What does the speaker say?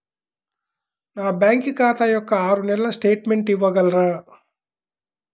నా బ్యాంకు ఖాతా యొక్క ఆరు నెలల స్టేట్మెంట్ ఇవ్వగలరా?